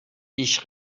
ich